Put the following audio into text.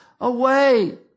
away